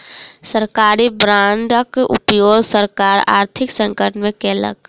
सरकारी बांडक उपयोग सरकार आर्थिक संकट में केलक